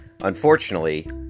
Unfortunately